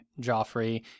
Joffrey